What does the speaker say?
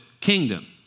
kingdom